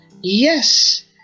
Yes